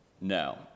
No